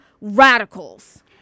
radicals